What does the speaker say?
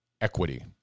equity